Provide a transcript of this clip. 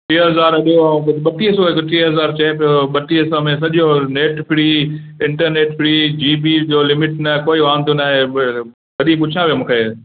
टे हज़ार ॾियो ऐं ॿटीह सौ टे हज़ार चए पियो ॿटीह सौ में सॼो नेट फ़्री इंटरनेट फ़्री जी बीअ जो लिमिट न कोई वांदो न आहे बि तॾहिं पुछां पियो मूंखे